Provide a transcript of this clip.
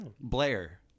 Blair